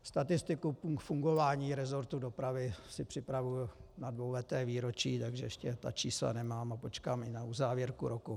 Statistiku fungování resortu dopravy si připravuji na dvouleté výročí, takže ještě ta čísla nemám a počkám i na uzávěrku roku.